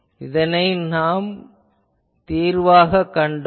எனவே இதனை நாம் தீர்வாகக் கண்டோம்